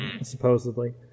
supposedly